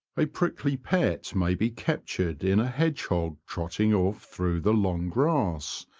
a prickly pet may be captured in a hedgehog trotting off through the long grass,